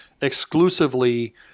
exclusively